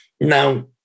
Now